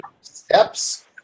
steps